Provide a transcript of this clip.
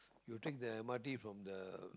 you take the m_r_t from the